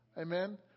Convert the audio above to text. Amen